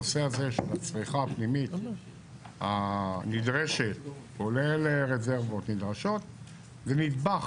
הנושא הזה של הצריכה הפנימית הנדרשת כולל רזרבות נדרשות זה נדבך.